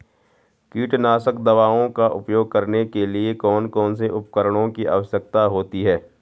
कीटनाशक दवाओं का उपयोग करने के लिए कौन कौन से उपकरणों की आवश्यकता होती है?